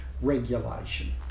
regulation